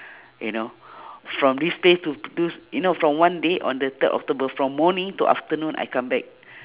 you know from this space to p~ do s~ you know from one day on the third october from morning to afternoon I come back